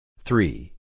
Three